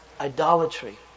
idolatry